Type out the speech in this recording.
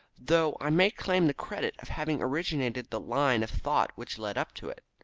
though i may claim the credit of having originated the line of thought which led up to it.